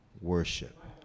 Worship